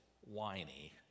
whiny